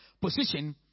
position